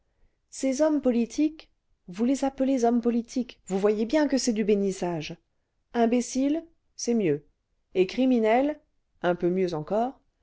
ces hommes politiques vous les appelez hommes politiques vous voyez bien que c'est du bénissage imbéciles c'est mieux et criminels un peu mieux encore